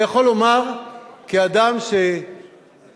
אני יכול לומר כאדם ששנים,